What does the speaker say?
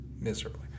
Miserably